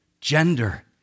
gender